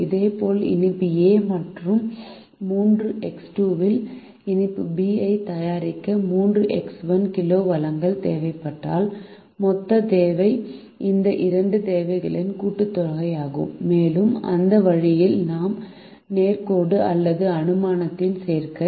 இதேபோல் இனிப்பு A மற்றும் 3 X2is இனிப்பு B ஐ தயாரிக்க 3 X1 கிலோ வளங்கள் தேவைப்பட்டால் மொத்த தேவை இந்த இரண்டு தேவைகளின் கூட்டுத்தொகையாகும் மேலும் அந்த வழியில் நாம் நேர்கோட்டு அல்லது அனுமானத்தின் சேர்க்கை